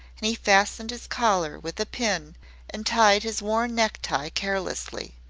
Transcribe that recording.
and he fastened his collar with a pin and tied his worn necktie carelessly.